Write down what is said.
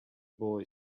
boy